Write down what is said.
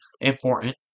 important